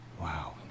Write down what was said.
Wow